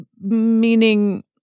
Meaning